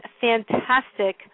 fantastic